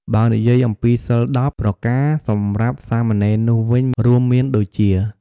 បើនិយាយអំពីសីល ១០ ប្រការសម្រាប់សាមណេរនោះវិញរួមមានដូចជា